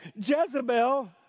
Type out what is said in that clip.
Jezebel